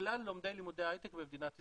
מכלל לומדי לימודי ההייטק במדינת ישראל.